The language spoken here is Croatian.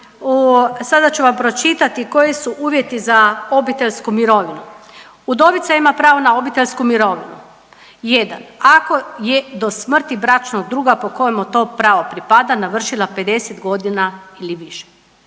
sada ću vam pročitati koji su uvjeti za obiteljsku mirovinu. Udovica ima pravo na obiteljsku mirovinu 1. ako je do smrti bračnog druga po kojem joj to pravo pripada navršila 50 godina ili više,